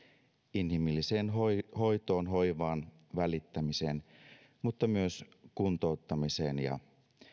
inhimilliseen hoitoon hoitoon hoivaan välittämiseen mutta myös kuntouttamiseen ja